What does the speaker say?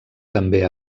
també